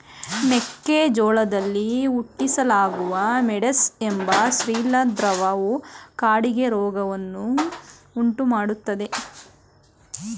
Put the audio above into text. ಮೆಕ್ಕೆ ಜೋಳದಲ್ಲಿ Ustilago maydis ಎಂಬ ಶಿಲೀಂಧ್ರವು ಕಾಡಿಗೆ ರೋಗವನ್ನು ಉಂಟುಮಾಡ್ತದೆ